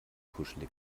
kuschelig